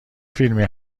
فیلمی